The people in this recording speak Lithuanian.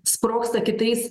sprogsta kitais